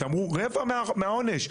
שאמרו רבע מהעונש .